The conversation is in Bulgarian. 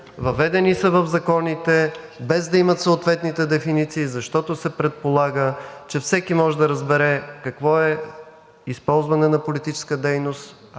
въведени са в законите, без да имат съответните дефиниции, защото се предполага, че всеки може да разбере, какво е използване на политическа дейност.